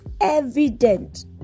evident